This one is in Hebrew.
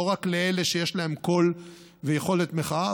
לא רק לאלה שיש להם קול ויכולת מחאה,